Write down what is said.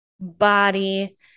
body